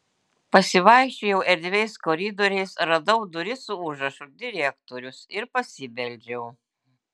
pasivaikščiojau erdviais koridoriais radau duris su užrašu direktorius ir pasibeldžiau